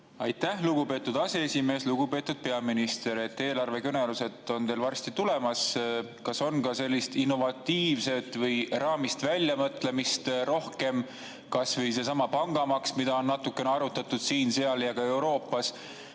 Aitäh, lugupeetud aseesimees! Lugupeetud peaminister! Eelarvekõnelused on teil varsti tulemas. Kas on ka sellist innovatiivset või raamist välja mõtlemist rohkem, kas või seesama pangamaks, mida on natuke arutatud siin-seal ja ka Euroopas,